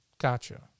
Gotcha